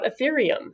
Ethereum